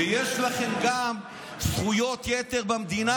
ויש לכם גם זכויות יתר במדינה,